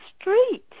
street